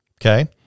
Okay